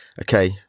okay